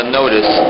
notice